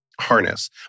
harness